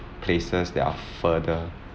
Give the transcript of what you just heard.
places that are further